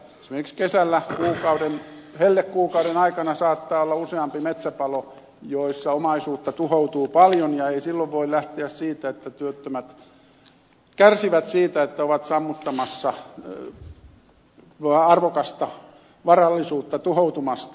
esimerkiksi kesällä hellekuukauden aikana saattaa olla useampi metsäpalo joissa omaisuutta tuhoutuu paljon ja ei silloin voi lähteä siitä että työttömät kärsivät siitä että ovat sammuttamassa arvokasta varallisuutta tuhoutumasta